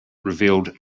revealed